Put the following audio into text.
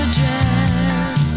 dress